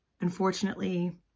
unfortunately